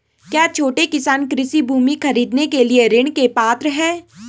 क्या छोटे किसान कृषि भूमि खरीदने के लिए ऋण के पात्र हैं?